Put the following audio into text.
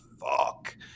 fuck